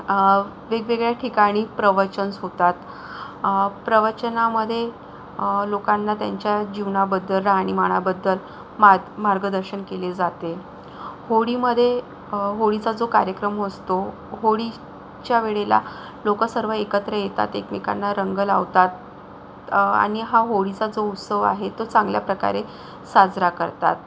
वेगवेगळ्या ठिकाणी प्रवचन होतात प्रवचनामध्ये लोकांना त्यांच्या जीवनाबद्दल राहणीमानाबद्दल मार्ग मार्गदर्शन केले जाते होळीमध्ये होळीचा जो कार्यक्रम असतो होळीच्या वेळेला लोक सर्व एकत्र येतात एकमेकांना रंग लावतात आणि हा होळीचा जो उत्सव आहे तो चांगल्या प्रकारे साजरा करतात